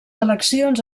eleccions